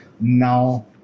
now